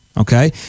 Okay